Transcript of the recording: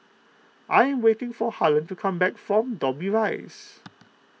I am waiting for Harlen to come back from Dobbie Rise